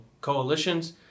coalitions